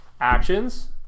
actions